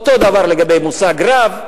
אותו דבר לגבי המושג רב.